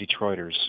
Detroiters